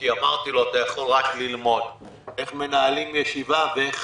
כי אמרתי לו: אתה יכול רק ללמוד איך מנהלים ישיבה ואיך